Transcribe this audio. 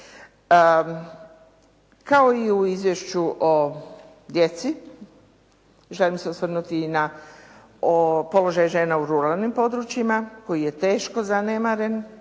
Kao i u izvješću o djeci, želim se osvrnuti i na položaj žena u ruralnim područjima koji je teško zanemaren